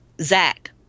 Zach